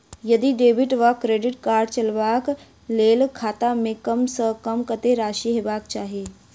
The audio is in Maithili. यदि डेबिट वा क्रेडिट कार्ड चलबाक कऽ लेल खाता मे कम सऽ कम कत्तेक राशि हेबाक चाहि?